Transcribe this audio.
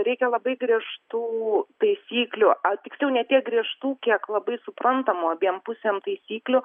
reikia labai griežtų taisyklių tiksliau ne tiek griežtų kiek labai suprantamų abiem pusėm taisyklių